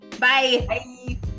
Bye